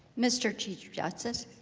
mr. chief justice.